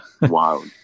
wow